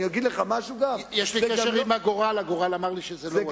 יש לי קשר עם הגורל, הגורל אמר לי שלא הוא אשם.